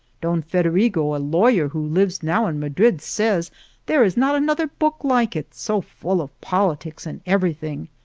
don federigo, a lawyer, who lives now in madrid, says there is not another book like it, so full of politics and everything.